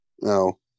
No